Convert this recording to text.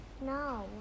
No